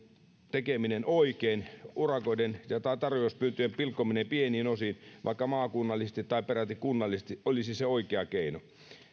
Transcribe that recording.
tekeminen oikein urakoiden ja tarjouspyyntöjen pilkkominen pieniin osiin vaikka maakunnallisesti tai peräti kunnallisesti olisi se oikea keino